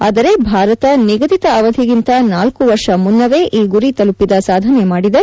ಆದರೆ ಭಾರತ ನಿಗದಿತ ಅವಧಿಗಿಂತ ನಾಲ್ಲು ವರ್ಷ ಮುನ್ನವೇ ಈ ಗುರಿ ತಲುಪಿದ ಸಾಧನೆ ಮಾಡಿದೆ